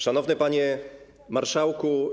Szanowna Panie Marszałku!